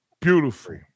Beautiful